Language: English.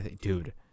Dude